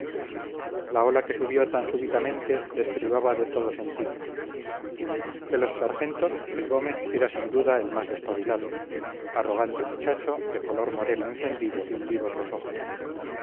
la ola que subió tan súbitamente les privaba de todo sentido de los sargentos el gómez era sin duda el más despabilado arrogante muchacho de color moreno encendido vivos los ojos